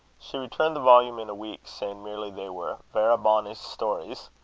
she returned the volume in a week, saying merely, they were verra bonnie stories.